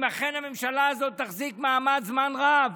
אם אכן הממשלה הזאת תחזיק מעמד זמן רב,